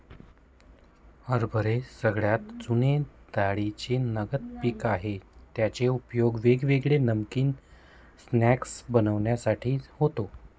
हरभरे सगळ्यात जुने डाळींचे नगदी पिक आहे ज्याचा उपयोग वेगवेगळे नमकीन स्नाय्क्स बनविण्यासाठी होतो